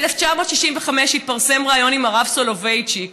ב-1965 התפרסם ריאיון על הרב סולובייצ'יק